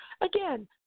Again